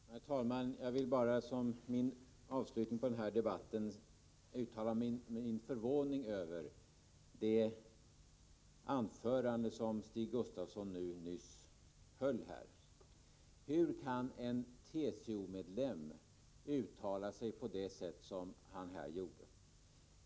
Herr talman! Jag vill för min del avsluta denna debatt med att uttala min förvåning över det anförande som Stig Gustafsson nyss höll. Hur kan en TCO-medlem uttala sig på det sätt som han här gjorde?